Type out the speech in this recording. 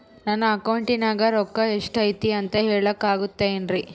ನನ್ನ ಅಕೌಂಟಿನ್ಯಾಗ ರೊಕ್ಕ ಎಷ್ಟು ಐತಿ ಅಂತ ಹೇಳಕ ಆಗುತ್ತೆನ್ರಿ?